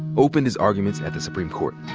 opened his arguments at the supreme court.